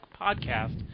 podcast